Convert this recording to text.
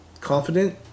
confident